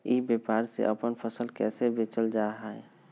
ई व्यापार से अपन फसल कैसे बेचल जा हाय?